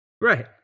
Right